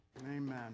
Amen